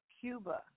Cuba